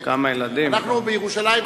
אנחנו, בירושלים,